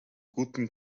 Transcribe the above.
guten